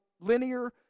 linear